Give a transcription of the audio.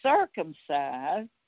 circumcised